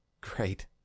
great